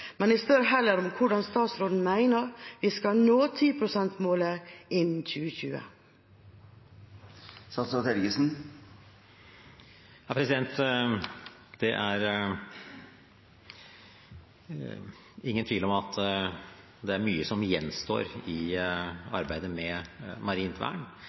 men jeg spør heller om hvordan statsråden mener at vi skal nå målet på 10 pst. innen 2020. Det er ingen tvil om at det er mye som gjenstår i arbeidet med marint vern.